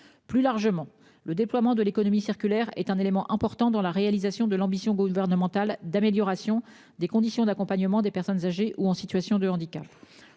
Plus largement, le déploiement de l'économie circulaire est un élément important dans la réalisation de l'ambition gouvernementale d'amélioration des conditions d'accompagnement des personnes âgées ou en situation de handicap.